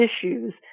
issues